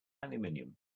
aluminium